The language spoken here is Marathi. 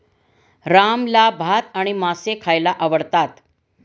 रामला भात आणि मासे खायला आवडतात